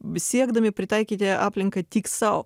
siekdami pritaikyti aplinką tik sau